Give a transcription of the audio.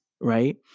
right